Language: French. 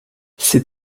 ces